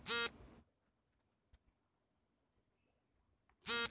ತೂಕ ಮತ್ತು ಅಳತೆಗಳ ಮಹತ್ವವನ್ನು ತಿಳಿಸಿ?